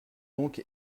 donc